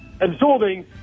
absorbing